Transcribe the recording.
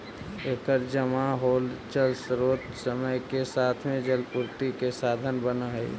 एकर जमा होल जलस्रोत समय के साथ में जलापूर्ति के साधन बनऽ हई